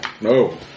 no